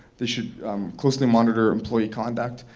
they should closely monitor employee conduct.